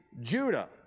Judah